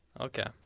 Okay